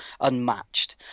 unmatched